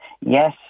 yes